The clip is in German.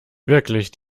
wirklich